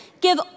give